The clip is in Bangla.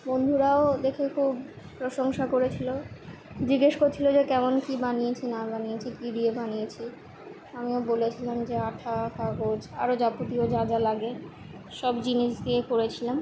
বন্ধুরাও দেখে খুব প্রশংসা করেছিলো জিজ্ঞেস করছিলো যে কেমন কী বানিয়েছি না বানিয়েছি কী দিয়ে বানিয়েছি আমিও বলেছিলাম যে আঠা কাগজ আরও যাবতীয় যা যা লাগে সব জিনিস দিয়ে করেছিলাম